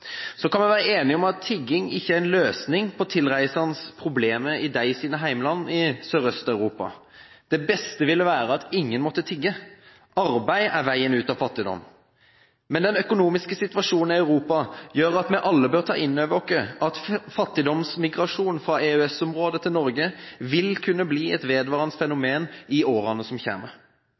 Så kan vi være enige om at tigging ikke er en løsning på de tilreisendes problemer i hjemlandet i Sørøst-Europa. Det beste ville vært at ingen måtte tigge. Arbeid er veien ut av fattigdom. Men den økonomiske situasjonen i Europa gjør at vi alle bør ta inn over oss at fattigdomsmigrasjon fra EØS-området til Norge vil kunne bli et vedvarende fenomen i årene som